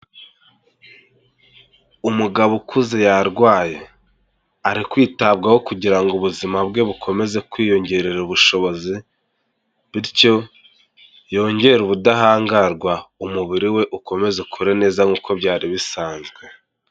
Umugabo ukuze yarwaye, ari kwitabwaho kugira ngo ubuzima bwe bukomeze kwiyongerera ubushobozi, bityo yongere ubudahangarwa umubiri we ukomeze ukure neza nkuko byari bisanzwe.